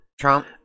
Trump